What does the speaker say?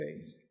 faith